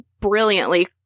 brilliantly